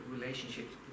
relationships